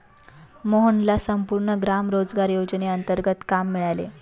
मोहनला संपूर्ण ग्राम रोजगार योजनेंतर्गत काम मिळाले